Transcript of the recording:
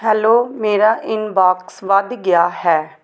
hello ਮੇਰਾ inbox ਵੱਧ ਗਿਆ ਹੈ